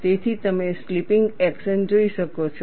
તેથી તમે slipping action જોઈ શકો છો